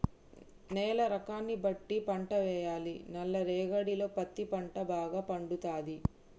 నేల రకాన్ని బట్టి పంట వేయాలి నల్ల రేగడిలో పత్తి పంట భాగ పండుతది